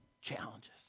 challenges